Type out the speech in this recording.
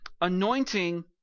Anointing